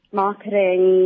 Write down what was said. marketing